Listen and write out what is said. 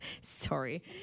Sorry